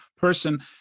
person